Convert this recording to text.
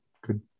good